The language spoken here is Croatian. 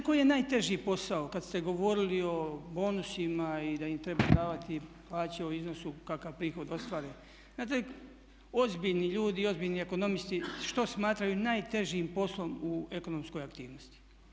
Znate koji je najteži posao kad ste govorili o bonusima i da im treba davati plaće u iznosu kakav prihod ostvare, znate ozbiljni ljudi i ozbiljni ekonomisti što smatraju najtežim poslom u ekonomskoj aktivnosti?